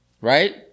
Right